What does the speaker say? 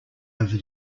over